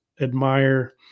admire